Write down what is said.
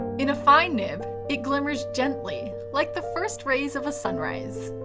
in a fine nib, it glimmers gently like the first rays of a sunrise.